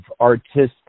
artistic